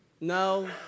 no